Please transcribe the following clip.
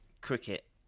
cricket